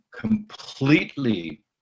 completely